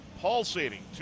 Pulsating